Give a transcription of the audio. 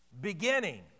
beginning